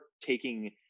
taking